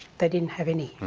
they didn't have any.